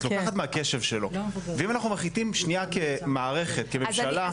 את לוקחת מהקשב שלו ואם אנחנו מחליטים כמערכת כממשלה,